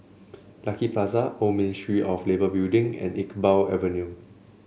Lucky Plaza Old Ministry of Labour Building and Iqbal Avenue